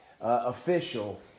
official